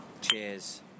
Cheers